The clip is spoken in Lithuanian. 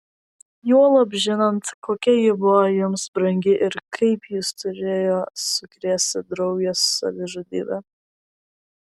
juolab žinant kokia ji buvo jums brangi ir kaip jus turėjo sukrėsti draugės savižudybė